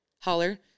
holler